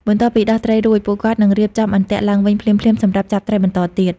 បន្ទាប់ពីដោះត្រីរួច ពួកគាត់នឹងរៀបចំអន្ទាក់ឡើងវិញភ្លាមៗសម្រាប់ចាប់ត្រីបន្តទៀត។